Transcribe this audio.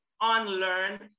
unlearn